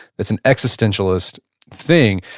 that's an existentialist thing.